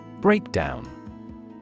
Breakdown